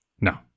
No